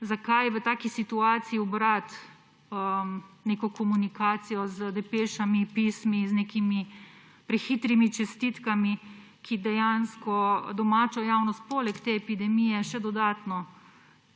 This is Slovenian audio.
Zakaj v taki situaciji ubrati neko komunikacijo z depešami, pismi, z nekimi prehitrimi čestitkami, ki dejansko domačo javnost poleg te epidemije še dodatno